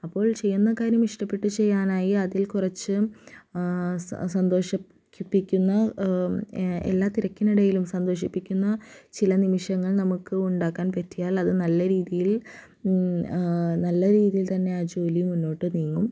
അപ്പോൾ ചെയ്യുന്ന കാര്യം ഇഷ്ടപ്പെട്ടു ചെയ്യാനായി അതിൽ കുറച്ച് സന്തോഷിപ്പിക്കുന്ന എല്ലാ തിരക്കിനിടയിലും സന്തോഷിപ്പിക്കുന്ന ചില നിമിഷങ്ങൾ നമുക്ക് ഉണ്ടാക്കാൻ പറ്റിയാൽ അത് നല്ല രീതിയിൽ നല്ല രീതിയിൽ തന്നെ ആ ജോലി മുന്നോട്ട് നീങ്ങും